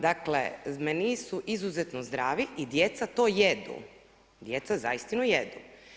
Dakle menue su izuzetno zdravi i djeca to jedu, djeca za istinu jedu.